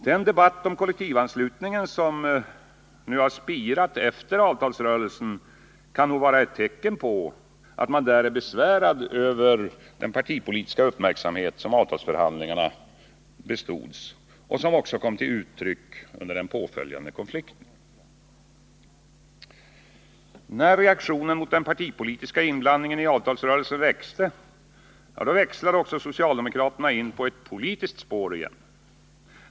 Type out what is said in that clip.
Den debatt om kollektivanslutningen som spirat nu efter avtalsrörelsen kan nog vara ett tecken på att man där är besvärad över den partipolitiska uppmärksamhet, som avtalsförhandlingarna bestods och som också kom till uttryck under den påföljande konflikten. När reaktionen mot den partipolitiska inblandningen i avtalsrörelsen växte växlade också socialdemokraterna in på ett politiskt spår igen.